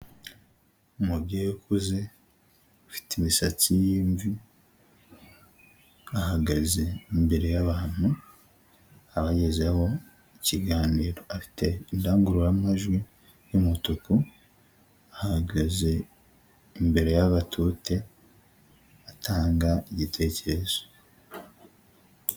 Umubyeyi ukuze ufite imisatsi y'imvi ahagaze imbere y'abantu abagezaho ikiganiro afite indangururamajwi y'umutuku ahagaze imbere y'agatute atanga igitekerezo.